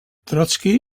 trotski